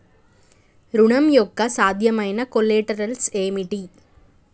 ఋణం యొక్క సాధ్యమైన కొలేటరల్స్ ఏమిటి?